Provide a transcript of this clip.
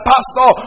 Pastor